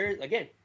again